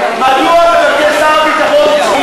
ועוד כשאתה קופץ,